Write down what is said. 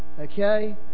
okay